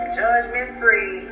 judgment-free